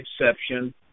exception